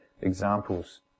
examples